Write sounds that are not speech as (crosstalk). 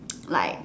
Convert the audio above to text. (noise) like